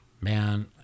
man